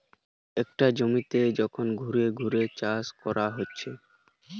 একটা জমিতে যখন ঘুরিয়ে ঘুরিয়ে চাষ করা হতিছে